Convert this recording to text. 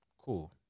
cool